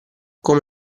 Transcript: come